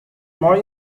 more